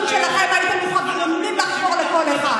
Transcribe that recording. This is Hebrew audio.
שלכם הייתם מוכנים לחבור לכל אחד?